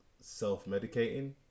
self-medicating